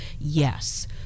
yes